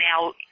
now